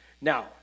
Now